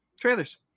trailers